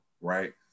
right